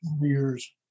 years